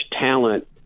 talent